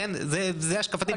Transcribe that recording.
ולכן זו השקפתי.